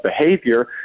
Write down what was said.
behavior